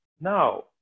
Now